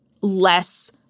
less